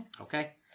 Okay